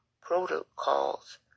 protocols